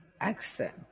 accent